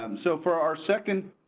um so, for our second.